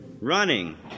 running